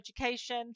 Education